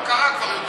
מה קרה כבר?